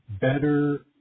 better